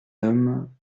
homme